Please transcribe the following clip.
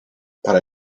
parę